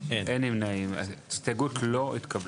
0 ההסתייגות לא התקבלה.